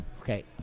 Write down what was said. Okay